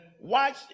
watch